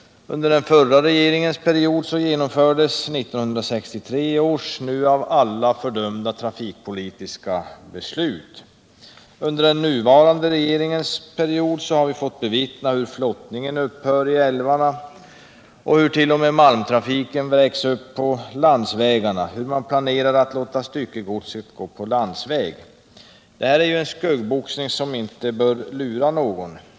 Under den förra regeringens period fattades 1963 års nu av alla fördömda trafikpolitiska beslut. Under den nuvarande regeringens period har vi fått bevittna hur flottningen i älvarna upphör, hur t.o.m. malmtrafiken vräks upp på landsvägarna och hur man planerar att låta styckegodset transporteras på landsväg. Detta är en skuggboxning som inte bör lura någon.